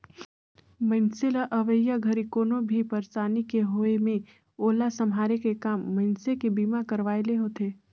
मइनसे ल अवइया घरी कोनो भी परसानी के होये मे ओला सम्हारे के काम मइनसे के बीमा करवाये ले होथे